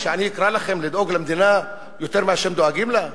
שאני אקרא לכם לדאוג למדינה יותר משאתם דואגים לה?